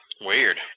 weird